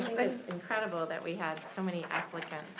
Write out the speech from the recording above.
incredible that we had so many applicants.